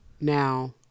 now